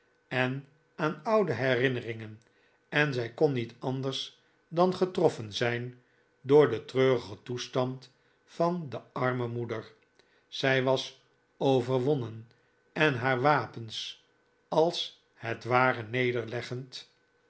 en aan oude herinneringen en zij kon niet anders dan getroffen zijn door den treurigen toestand van de arme moeder zij was overwonnen en haar wapens als het ware